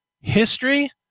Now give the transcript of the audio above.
history